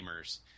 gamers